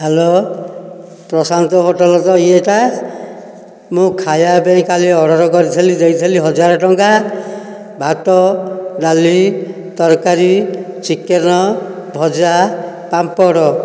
hello Prashant hotel ତ ଇଏଟା ମୁଁ ଖାଇବା ପାଇଁ କାଲି ଅର୍ଡ଼ର କରିଥିଲି ଦେଇଥିଲି ହଜାର ଟଙ୍କା ଭାତ ଡାଲି ତରକାରୀ ଚିକେନ୍ ଭଜା ପାମ୍ପଡ଼